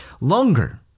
longer